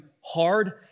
hard